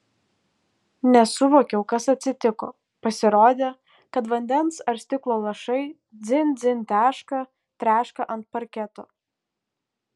nesuvokiau kas atsitiko pasirodė kad vandens ar stiklo lašai dzin dzin teška treška ant parketo